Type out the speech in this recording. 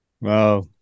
Wow